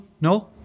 No